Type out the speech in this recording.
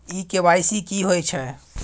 इ के.वाई.सी की होय छै?